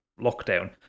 lockdown